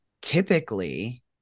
Typically